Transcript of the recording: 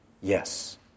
Yes